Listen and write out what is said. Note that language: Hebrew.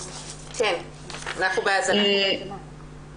אנחנו רואים שהחזרה לכלא היא מועטה מאוד משמעותית